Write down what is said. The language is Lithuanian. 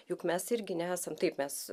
juk mes irgi nesam taip mes